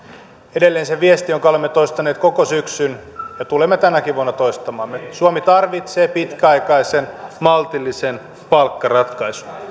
edelleen sen viestin jonka olemme toistaneet koko syksyn ja tulemme tänäkin vuonna toistamaan suomi tarvitsee pitkäaikaisen maltillisen palkkaratkaisun